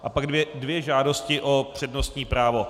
A pak dvě žádosti o přednostní právo.